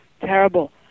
terrible